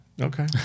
Okay